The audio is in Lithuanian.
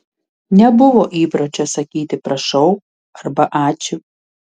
nebuvo įpročio sakyti prašau arba ačiū